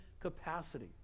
capacity